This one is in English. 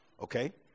Okay